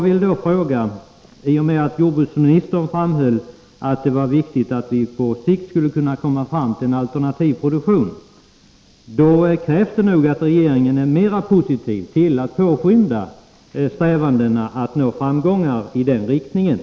I och med att jordbruksministern framhöll att det var viktigt att vi på sikt kom fram till alternativ produktion skulle jag vilja fråga jordbruksministern: Krävs det då inte att regeringen är mera positiv till att påskynda strävandena att nå framgångar i detta avseende?